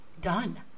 done